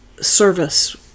service